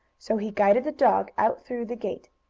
so he guided the dog out through the gate.